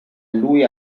lui